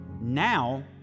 now